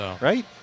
right